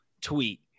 tweet